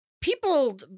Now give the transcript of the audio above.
people